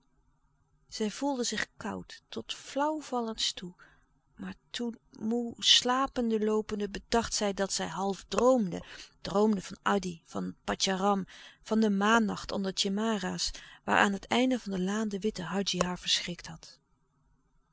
zij voelde zich koud tot flauw vallens toe maar toen moê slapende loopende bedacht zij dat zij half droomde droomde van addy van patjaram van den maannacht onder de tjemara's waar aan het einde van de laan de witte hadji haar verschrikt had